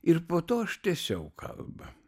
ir po to aš tęsiau kalbą